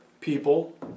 people